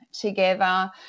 together